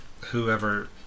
whoever